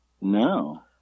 No